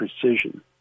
precision